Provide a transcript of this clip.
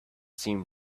seemed